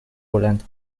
بلند